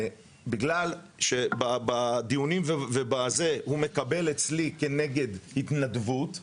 בגלל שבדיונים הוא מקבל אצלי כנגד התנדבות,